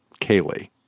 Kaylee